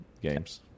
games